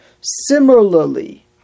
Similarly